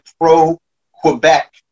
pro-Quebec